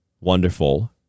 wonderful